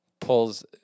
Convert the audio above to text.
pulls